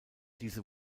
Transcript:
diese